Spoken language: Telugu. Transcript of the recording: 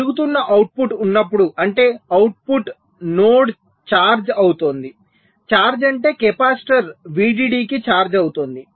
పెరుగుతున్న అవుట్పుట్ ఉన్నప్పుడు అంటే అవుట్పుట్ నోడ్ ఛార్జ్ అవుతోంది ఛార్జ్ అంటే కెపాసిటర్ VDD కి ఛార్జ్ అవుతోంది